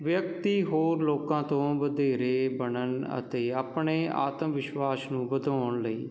ਵਿਅਕਤੀ ਹੋਰ ਲੋਕਾਂ ਤੋਂ ਵਧੇਰੇ ਬਣਨ ਅਤੇ ਆਪਣੇ ਆਤਮ ਵਿਸ਼ਵਾਸ ਨੂੰ ਵਧਾਉਣ ਲਈ